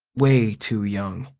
way too young.